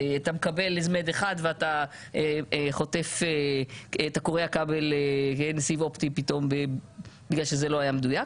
אתה מקבל אזמייד אחד ואתה קורע סיב אופטי פתאום בגלל שזה לא היה מדויק.